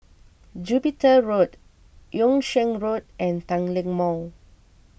Jupiter Road Yung Sheng Road and Tanglin Mall